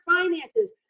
finances